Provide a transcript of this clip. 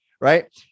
Right